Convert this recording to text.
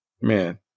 man